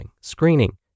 screening